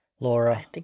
Laura